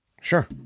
sure